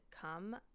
come